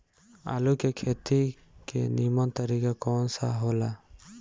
आलू के खेती के नीमन तरीका कवन सा हो ला?